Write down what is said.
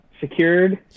secured